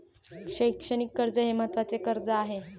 शैक्षणिक कर्ज हे महत्त्वाचे कर्ज आहे